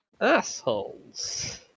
assholes